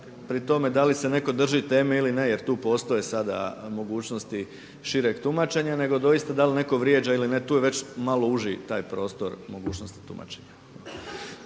pri tome da li se neko drži teme ili ne jer tu postoje sada mogućnosti šireg tumačenja, nego doista da li netko vrijeđa ili ne. Tu je već malo uži taj prostor mogućnosti tumačenja.